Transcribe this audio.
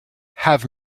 have